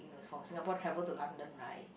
from Singapore travel to London right